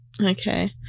Okay